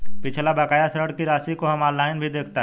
पिछला बकाया ऋण की राशि को हम ऑनलाइन भी देखता